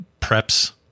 preps